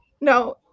No